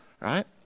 right